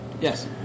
Yes